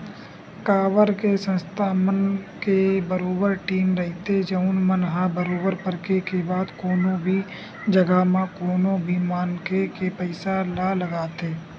काबर के संस्था मन के बरोबर टीम रहिथे जउन मन ह बरोबर परखे के बाद कोनो भी जघा म कोनो भी मनखे के पइसा ल लगाथे